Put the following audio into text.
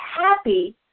happy